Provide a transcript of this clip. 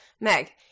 Meg